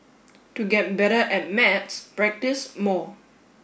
to get better at maths practise more